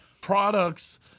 products